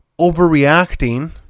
overreacting